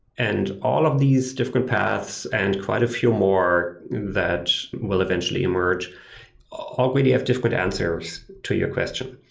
and all of these different paths and quite a few more that will eventually emerge all really have different answers to your question.